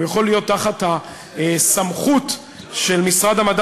הוא יכול להיות תחת הסמכות של משרד המדע